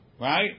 right